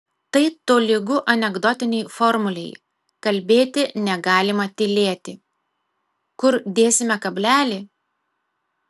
tai tolygu anekdotinei formulei kalbėti negalima tylėti kur dėsime kablelį